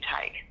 take